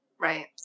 Right